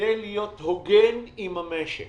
כדי להיות הוגן עם המשק,